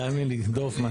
תאמין לי דורפמן.